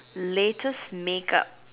latest make-up